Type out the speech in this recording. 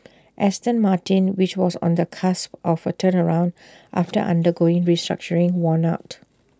Aston Martin which was on the cusp of A turnaround after undergoing restructuring won out